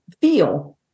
feel